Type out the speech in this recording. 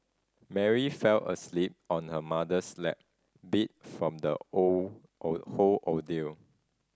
Mary fell asleep on her mother's lap beat from the oh a whole ordeal